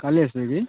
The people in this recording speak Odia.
କାଲି ଆସିବେ କି